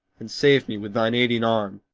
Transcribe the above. and save me with thine aiding arm,